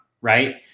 Right